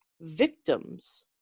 victims